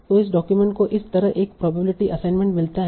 तो इस डॉक्यूमेंट को इस तरह एक प्रोबेबिलिटी असाइनमेंट मिलता है